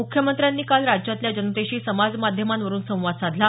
मुख्यमंत्र्यांनी काल राज्यातल्या जनतेशी समाजमाध्यमांवरून संवाद साधला